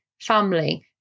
family